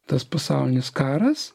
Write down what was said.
tas pasaulinis karas